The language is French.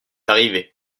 arrivée